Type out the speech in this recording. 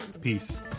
peace